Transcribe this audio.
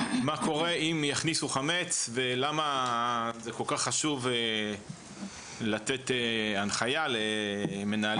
מה קורה אם יכניסו חמץ ולמה זה כל כך חשוב לתת הנחיה למנהלי